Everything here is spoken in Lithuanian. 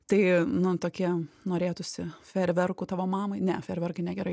tai nu tokie norėtųsi fejerverkų tavo mamai ne fejerverkai ne gerai